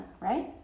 right